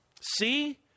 See